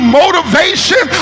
motivation